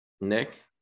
Nick